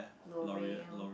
L'oreal